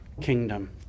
kingdom